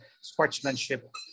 sportsmanship